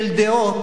של דעות,